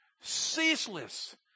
ceaseless